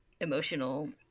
emotional